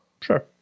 Sure